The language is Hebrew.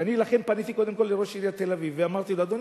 ולכן פניתי קודם כול לראש עיריית תל-אביב ואמרתי לו: אדוני,